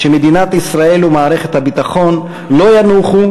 ושמדינת ישראל ומערכת הביטחון לא ינוחו